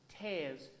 tears